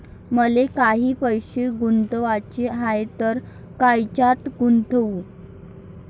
मले काही पैसे गुंतवाचे हाय तर कायच्यात गुंतवू?